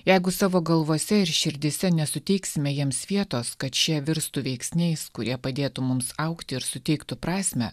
jeigu savo galvose ir širdyse nesuteiksime jiems vietos kad šie virstų veiksniais kurie padėtų mums augti ir suteiktų prasmę